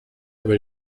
über